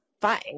fine